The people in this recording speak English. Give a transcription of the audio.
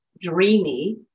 dreamy